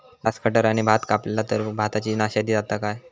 Grass कटराने भात कपला तर भाताची नाशादी जाता काय?